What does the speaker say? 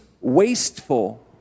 wasteful